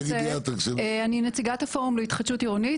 אני נציגת הפורום להתחדשות עירונית